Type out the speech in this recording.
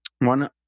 one